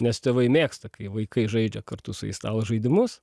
nes tėvai mėgsta kai vaikai žaidžia kartu su jais stalo žaidimus